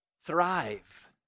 thrive